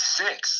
six